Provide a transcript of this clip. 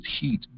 heat